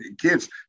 kids